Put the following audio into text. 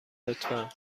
لطفا